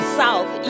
south